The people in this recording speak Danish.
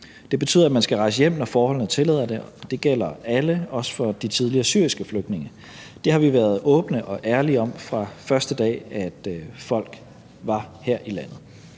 Det betyder, at man skal rejse hjem, når forholdene tillader det. Det gælder alle, også for de syriske flygtninge. Det har vi været åbne og ærlige om, fra den første dag folk var her i landet.